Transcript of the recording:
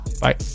Bye